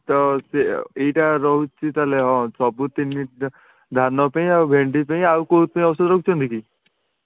ତ ସିଏ ଏଇଟା ରହୁଛି ତା'ହେଲେ ହଁ ସବୁ ତିନି ଧାନ ପାଇଁ ଆଉ ଭେଣ୍ଡି ପାଇଁ ଆଉ କେଉଁଥି ପାଇଁ ଔଷଧ ରଖିଛନ୍ତି କି